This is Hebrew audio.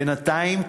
בינתיים,